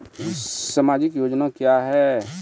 समाजिक योजना क्या हैं?